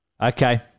Okay